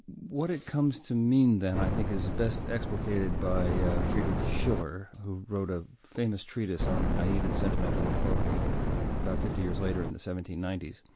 what it comes to mean then i think is best explicated by freidrich schiller who wrote a famous treatise on the naive and sentimental in poetry about fifty years later in the seventeen ninety s.